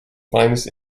finest